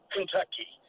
Kentucky